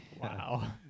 Wow